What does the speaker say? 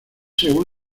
según